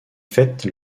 faite